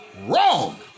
wrong